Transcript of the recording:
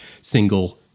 single